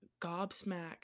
gobsmack